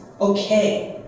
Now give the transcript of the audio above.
okay